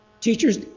teachers